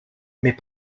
mais